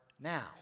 now